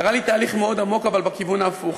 קרה לי תהליך מאוד עמוק, אבל בכיוון ההפוך.